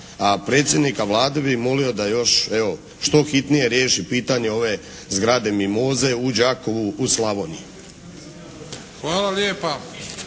a predsjednika Vlade bih molio još da još evo što hitnije riješi pitanje ove zgrade mimoze u Đakovu, u Slavoniji. **Bebić,